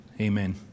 amen